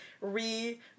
re